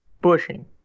Bushing